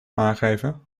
aangeven